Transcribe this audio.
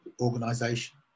organization